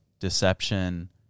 deception